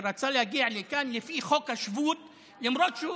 שרצה להגיע לכאן לפי חוק השבות, למרות שהוא,